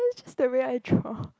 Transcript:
it's just the way I draw